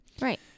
Right